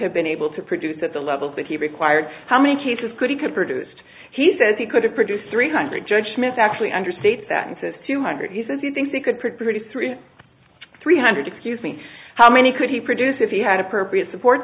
have been able to produce at the levels that he required how many cases could could he used he says he could have produced three hundred judgments actually understates that insist two hundred he says he thinks he could produce three three hundred excuse me how many could he produce if he had appropriate support